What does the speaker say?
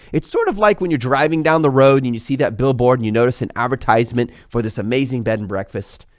it's sort of like when you're driving down the road and you see that billboard, you notice an advertisement for this amazing bed and breakfast,